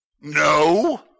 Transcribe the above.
No